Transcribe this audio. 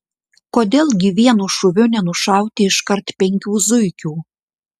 kodėl gi vienu šūviu nenušauti iškart penkių zuikių